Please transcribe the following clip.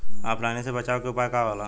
ऑफलाइनसे बचाव के उपाय का होला?